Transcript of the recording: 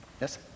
Yes